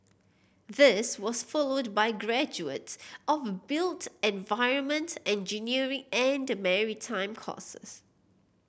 this was followed by graduates of built environment engineering and maritime courses